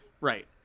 Right